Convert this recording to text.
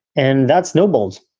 and that's noble's.